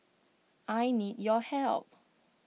I need your help